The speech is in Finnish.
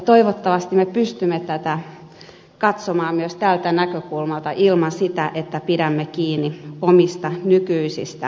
toivottavasti me pystymme tätä katsomaan myös tästä näkökulmasta ilman että pidämme kiinni omista nykyisistä toimenkuvistamme